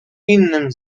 innym